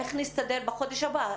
איך נסתדר בחודש הבא?